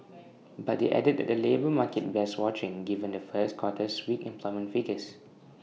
but they added that the labour market bears watching given the first quarter's weak employment figures